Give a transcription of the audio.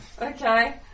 Okay